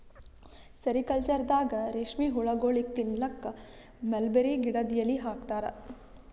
ಸೆರಿಕಲ್ಚರ್ದಾಗ ರೇಶ್ಮಿ ಹುಳಗೋಳಿಗ್ ತಿನ್ನಕ್ಕ್ ಮಲ್ಬೆರಿ ಗಿಡದ್ ಎಲಿ ಹಾಕ್ತಾರ